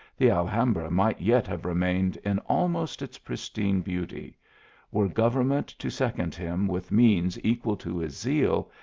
the alhambra might yet have remained in almost its pristine beauty were government to second him with means equal to his zeal,